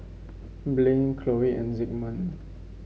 Blane Chloe and Zigmund